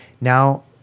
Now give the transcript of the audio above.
Now